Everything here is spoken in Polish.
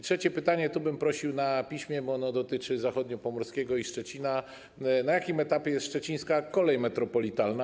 Trzecie pytanie, tu bym prosił o odpowiedź na piśmie, bo ono dotyczy Zachodniopomorskiego i Szczecina: Na jakim etapie jest Szczecińska Kolej Metropolitalna?